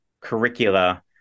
curricula